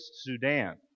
Sudan